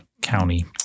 county